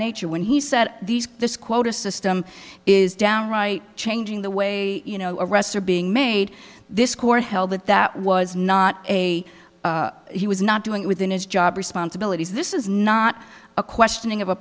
nature when he said these this quota system is downright changing the way you know arrests are being made this court held that that was not a he was not doing it within his job responsibilities this is not a questioning of a